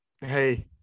hey